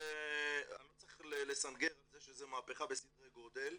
אני לא צריך לסנגר על זה שזה מהפכה בסדרי גודל,